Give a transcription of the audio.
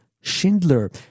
Schindler